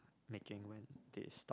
making when they stop